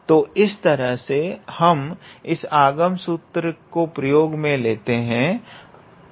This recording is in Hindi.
तो इस तरह से हम इस आगम सूत्र को प्रयोग में लेते हैं